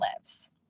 lives